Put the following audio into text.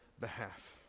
behalf